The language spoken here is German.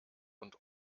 und